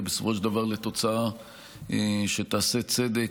הסנגוריה הציבורית,